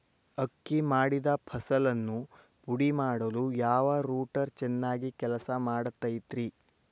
ಅಕ್ಕಿ ಮಾಡಿದ ಫಸಲನ್ನು ಪುಡಿಮಾಡಲು ಯಾವ ರೂಟರ್ ಚೆನ್ನಾಗಿ ಕೆಲಸ ಮಾಡತೈತ್ರಿ?